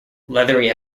leathery